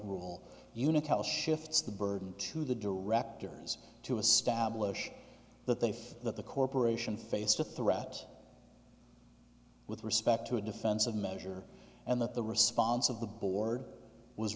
rule unocal shifts the burden to the directors to establish that they feel that the corporation faced a threat with respect to a defensive measure and that the response of the board was